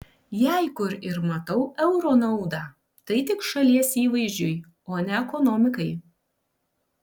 jei kur ir matau euro naudą tai tik šalies įvaizdžiui o ne ekonomikai